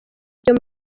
ryo